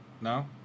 No